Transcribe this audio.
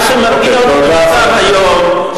מה שמרגיע אותי במצב היום הוא,